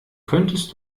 könntest